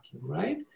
right